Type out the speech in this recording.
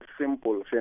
simple